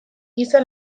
gisa